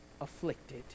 afflicted